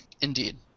Indeed